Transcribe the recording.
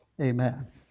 Amen